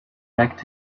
packed